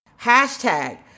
Hashtag